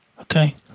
Okay